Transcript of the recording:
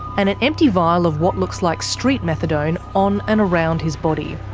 and an empty vial of what looks like street methadone on and around his body.